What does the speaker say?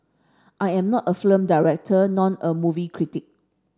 I am not a film director nor a movie critic